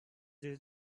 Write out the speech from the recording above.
this